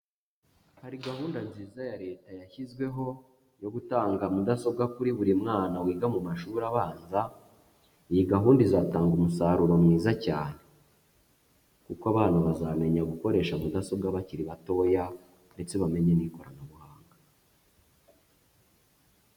Hari gahunda nziza ya Leta yashyizweho yo gutanga mudasobwa kuri buri mwana wiga mu mashuri abanza, iyi gahunda izatanga umusaruro mwiza cyane. Kuko abana bazamenya gukoresha mudasobwa bakiri batoya ndetse bamenye n'ikoranabuhanga.